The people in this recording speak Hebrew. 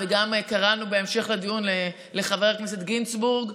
וגם קראנו בהמשך הדיון לחבר הכנסת גינזבורג,